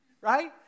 right